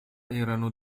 erano